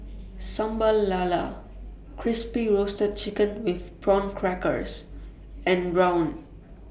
Sambal Lala Crispy Roasted Chicken with Prawn Crackers and Rawon